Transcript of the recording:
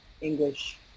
English